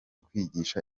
kwigisha